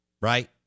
Right